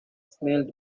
smelled